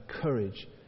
courage